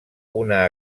una